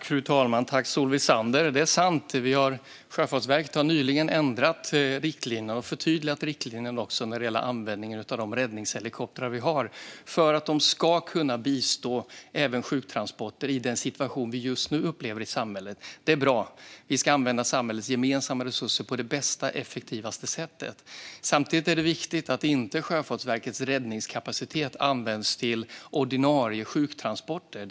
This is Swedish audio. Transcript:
Fru talman! Det är sant, Solveig Zander. Sjöfartsverket har nyligen ändrat och förtydligat riktlinjerna när det gäller användningen av de räddningshelikoptrar vi har för att de ska kunna bistå även sjuktransporter i den situation vi just nu upplever i samhället. Det är bra. Vi ska använda samhällets gemensamma resurser på det bästa och effektivaste sättet. Samtidigt är det viktigt att Sjöfartsverkets räddningskapacitet inte används till ordinarie sjuktransporter.